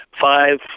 five